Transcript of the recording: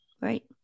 Right